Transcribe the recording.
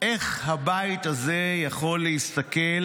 איך הבית הזה יכול להסתכל